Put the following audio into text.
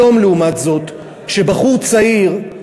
היום, לעומת זאת, כשבחור צעיר,